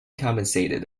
compensated